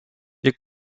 wir